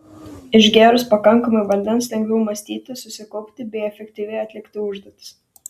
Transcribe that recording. išgėrus pakankamai vandens lengviau mąstyti susikaupti bei efektyviai atlikti užduotis